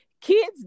kids